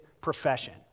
profession